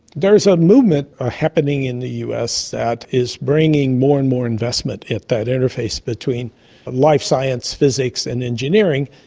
there's a movement happening in the us that is bringing more and more investment at that interface between life science, physics and engineering,